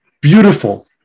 beautiful